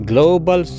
Global